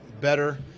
better